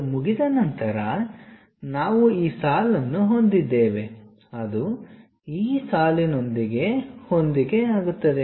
ಅದು ಮುಗಿದ ನಂತರ ನಾವು ಈ ಸಾಲನ್ನು ಹೊಂದಿದ್ದೇವೆ ಅದು ಈ ಸಾಲಿನೊಂದಿಗೆ ಹೊಂದಿಕೆಯಾಗುತ್ತದೆ